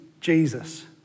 Jesus